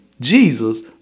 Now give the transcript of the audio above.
Jesus